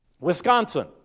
Wisconsin